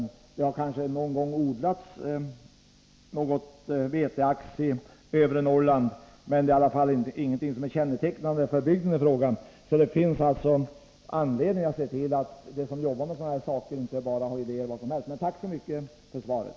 Det har kanske någon gång odlats något veteax i övre Norrland, men det är i alla fall ingenting som är kännetecknande för bygden i fråga. Det finns alltså anledning att se till att de som arbetar med dessa frågor inte för fram vilka idéer som helst. Jag tackar än en gång för svaret.